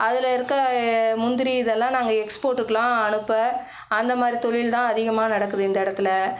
அதில் இருக்க முந்திரி இதெல்லாம் நாங்கள் எக்ஸ்போட்டுக்குலாம் அனுப்ப அந்தமாதிரி தொழில்தான் அதிகமாக நடக்குது இந்த இடத்துல